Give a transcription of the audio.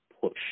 push